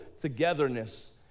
togetherness